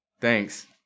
thanks